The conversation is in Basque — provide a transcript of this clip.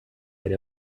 ere